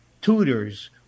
tutors